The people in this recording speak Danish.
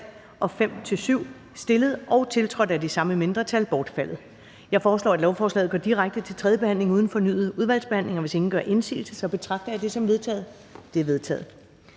og 5-7, stillet og tiltrådt af de samme mindretal, bortfaldet. Jeg foreslår, at lovforslaget går direkte til tredje behandling uden fornyet udvalgsbehandling. Hvis ingen gør indsigelse, betragter jeg det som vedtaget. Det er vedtaget.